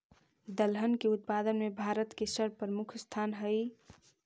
दलहन के उत्पादन में भारत के सर्वप्रमुख स्थान हइ